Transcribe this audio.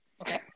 Okay